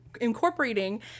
incorporating